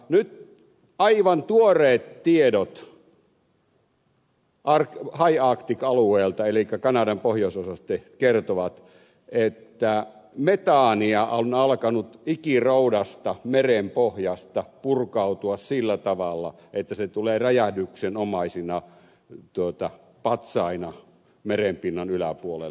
nyt aivan tuoreet tiedot high arctic alueelta eli kanadan pohjoisosasta kertovat että metaania on alkanut ikiroudasta merenpohjasta purkautua sillä tavalla että se tulee räjähdyksenomaisina patsaina merenpinnan yläpuolelle